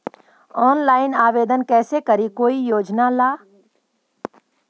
Online आवेदन कैसे करी कोई योजना ला?